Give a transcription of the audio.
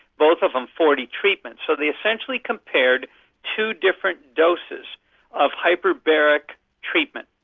both of them forty treatments. so they essentially compared two different doses of hyperbaric treatment.